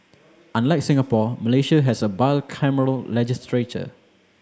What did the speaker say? unlike Singapore Malaysia has a bicameral legislature